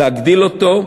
להגדיל אותו,